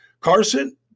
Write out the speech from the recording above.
Carson